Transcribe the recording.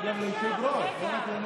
גם ליושב-ראש, לא רק לנואם.